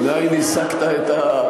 מאין הסקת זאת?